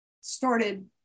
started